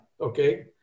okay